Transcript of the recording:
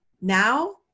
Now